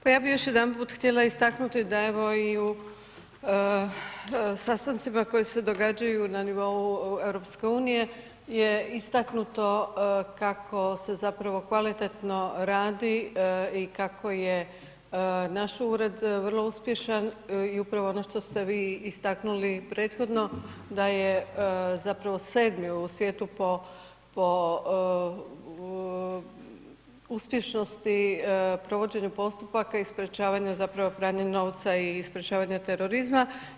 Pa ja bih još jedanput htjela istaknuti da i u sastancima koji se događaju na nivou Europske unije je istaknuto kako se zapravo kvalitetno radi i kako je naš Ured vrlo uspješan i upravo ono što ste vi istaknuli prethodno da je zapravo 7. u svijetu po uspješnosti provođenja postupaka i sprječavanja zapravo pranja novca i sprječavanja terorizma.